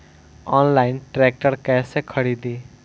Online tractor कैसे खरदी?